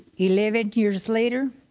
eleven years later,